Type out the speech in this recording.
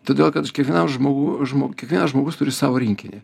todėl kad kiekvienam žmogu žmog kiekvienas žmogus turi savo rinkinį